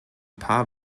paar